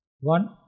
One